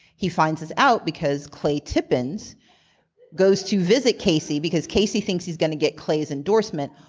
he finds this out because clay tippins goes to visit casey because casey thinks he's gonna get clay's endorsement.